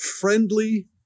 friendly